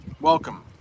Welcome